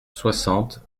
soixante